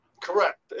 Correct